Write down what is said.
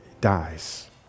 dies